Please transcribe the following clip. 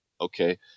Okay